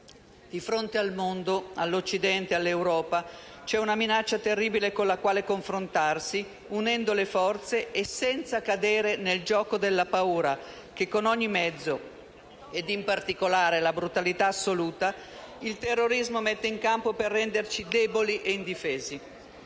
Di fronte al mondo, all'Occidente, all'Europa, c'è una minaccia terribile con la quale confrontarsi unendo le forze e senza cadere nel gioco della paura che, con ogni mezzo ed in particolare con brutalità assoluta, il terrorismo mette in campo per renderci deboli e indifesi.